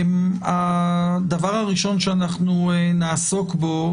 הדבר הראשון שאנחנו נעסוק בו,